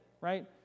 right